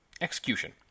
Execution